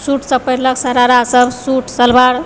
सूटसभ पहिरलक सरारासभ सूट सलवार